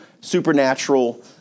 supernatural